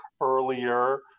earlier